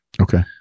Okay